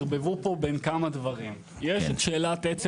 ערבבו פה בין כמה דברים יש את שאלת עצם